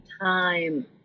time